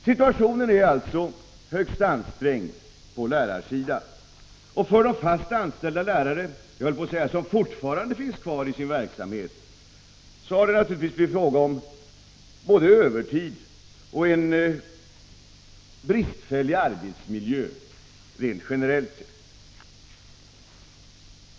Situationen är alltså högst ansträngd på lärarsidan. För de fast anställda lärare som fortfarande finns kvar i sin verksamhet har det naturligtvis blivit fråga om både övertid och en bristfällig arbetsmiljö rent generellt sett.